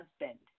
husband